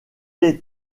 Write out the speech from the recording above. les